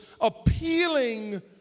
appealing